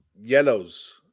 yellows